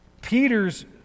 Peter's